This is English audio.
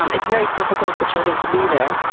um it's very difficult for children to be there,